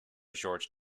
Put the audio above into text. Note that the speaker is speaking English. george